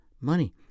money